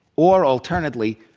or alternately,